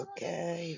Okay